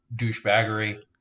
douchebaggery